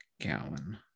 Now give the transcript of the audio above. gallon